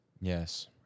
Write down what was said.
Yes